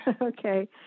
Okay